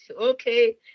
Okay